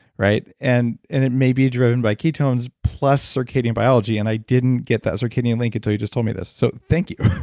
right. and and it may be driven by ketones plus circadian biology, and i didn't get that circadian link until you just told me this, so thank you.